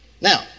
Now